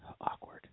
Awkward